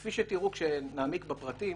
כפי שתראו, כשנעמיק בפרטים,